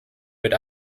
wird